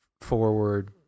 forward